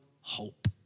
hope